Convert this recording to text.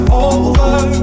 over